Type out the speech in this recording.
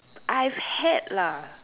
I've had lah